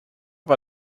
war